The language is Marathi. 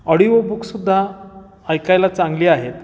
ऑडिओ बुकसुद्धा ऐकायला चांगली आहेत